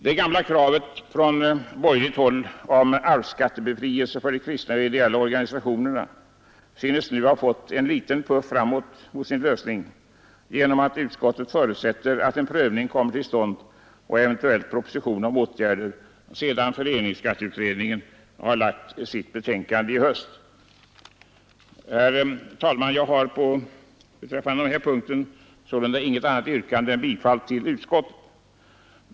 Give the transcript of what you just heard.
Det gamla kravet från borgerligt håll om arvsskattebefrielse för de kristna och ideella organisationerna synes nu ha fått en liten puff framåt mot sin lösning genom att utskottet förutsätter att en prövning kommer till stånd och att proposition eventuellt framlägges om åtgärder sedan föreningsskatteutredningen har lagt sitt betänkande i höst. Herr talman! Jag har på den här punkten sålunda inget annat yrkande än om bifall till utskottets hemställan.